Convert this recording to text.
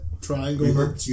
triangle